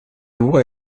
loi